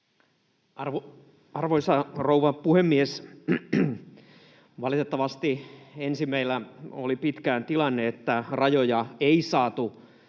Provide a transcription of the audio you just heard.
Arvoisa rouva puhemies! Valitettavasti ensin meillä oli pitkään tilanne, että rajoja ei saatu